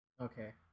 Okay